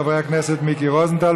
של חברי הכנסת מיקי רוזנטל,